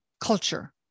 culture